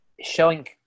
showing